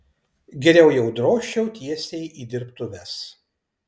geriau jau drožčiau tiesiai į dirbtuves